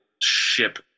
ship